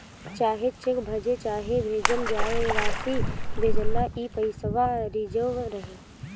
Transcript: चाहे चेक भजे चाहे भेजल जाए, रासी भेजेला ई पइसवा रिजव रहे